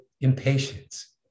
impatience